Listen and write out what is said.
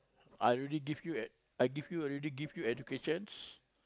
I already give you ev~ I give you already give you educations